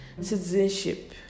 citizenship